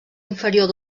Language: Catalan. inferior